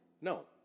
No